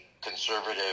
conservative